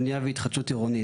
בנייה והתחדשות עירונית,